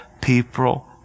people